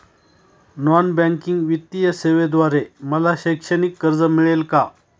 Non banking वित्तीय सेवेद्वारे मला शैक्षणिक कर्ज मिळेल का?